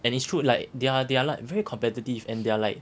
and it's true like they're they're like very competitive and they're like